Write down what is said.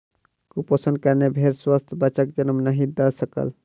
कुपोषणक कारणेँ भेड़ स्वस्थ बच्चाक जन्म नहीं दय सकल